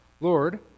Lord